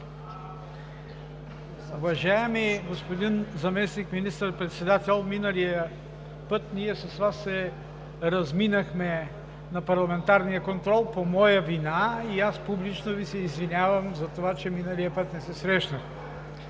Уважаеми господин Заместник министър-председател, миналия път с Вас се разминахме на парламентарния контрол по моя вина и аз публично Ви се извинявам за това, че тогава не се срещнахме.